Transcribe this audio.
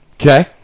Okay